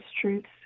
truths